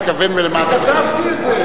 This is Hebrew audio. הוא חוק-יסוד ולא בהוראת שעה.